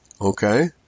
Okay